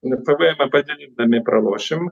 pvmą padidindami pralošim